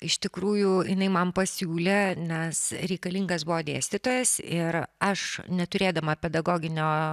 iš tikrųjų jinai man pasiūlė nes reikalingas buvo dėstytojas ir aš neturėdama pedagoginio